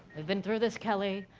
we've been through this kelly,